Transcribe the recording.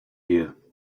here